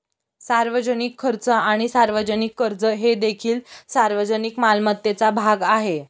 सार्वजनिक खर्च आणि सार्वजनिक कर्ज हे देखील सार्वजनिक मालमत्तेचा भाग आहेत